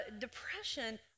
Depression